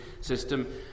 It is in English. system